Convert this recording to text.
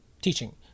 teaching